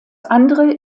andere